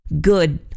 good